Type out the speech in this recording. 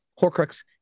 Horcrux